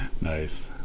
Nice